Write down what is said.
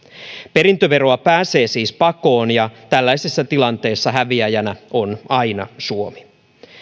perintöveroa pääsee siis pakoon ja tällaisessa tilanteessa häviäjänä on aina suomi